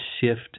shift